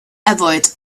avoid